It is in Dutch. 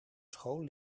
school